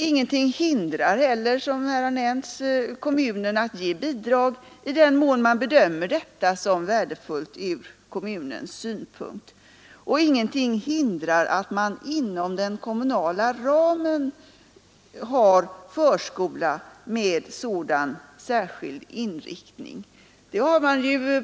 Ingenting hindrar heller — som här har nämnts — kommunen att ge bidrag, i den mån man bedömer detta som värdefullt ur kommunens synpunkt, och ingenting hindrar att man inom den kommunala ramen har förskola med sådan särskild inriktning.